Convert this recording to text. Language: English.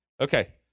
Okay